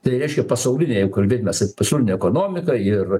tai reiškia pasaulinę jeigu kalbėt mes apie pasaulinę ekonomiką ir